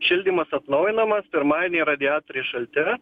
šildymas atnaujinamas pirmadienį radiatoriai šalti